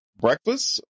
breakfast